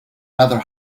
rather